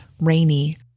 rainy